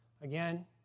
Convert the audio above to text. Again